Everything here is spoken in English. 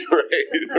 right